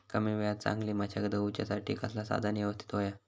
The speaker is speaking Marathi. कमी वेळात चांगली मशागत होऊच्यासाठी कसला साधन यवस्तित होया?